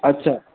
আচ্ছা